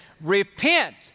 repent